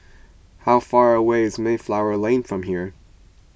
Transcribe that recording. how far away is Mayflower Lane from here